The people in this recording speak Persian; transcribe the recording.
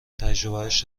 تجربهاش